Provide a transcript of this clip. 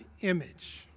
image